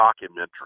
documentary